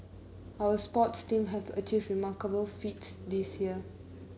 our sports team have achieved remarkable feats this year